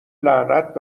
لعنت